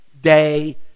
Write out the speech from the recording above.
day